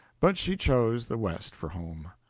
but she chose the west for home.